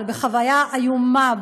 אבל בחוויה איומה,